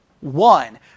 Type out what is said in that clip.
one